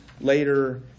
later